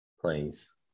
please